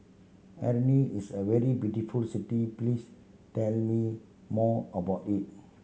is a very beautiful city please tell me more about it